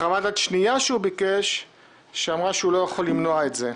וחוות דעת שנייה שהוא ביקש שאמרה שהוא לא יכול למנוע את זה.